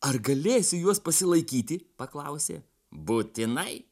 ar galėsiu juos pasilaikyti paklausė būtinai